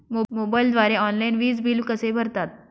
मोबाईलद्वारे ऑनलाईन वीज बिल कसे भरतात?